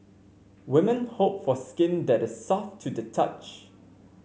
women hope for skin that is soft to the touch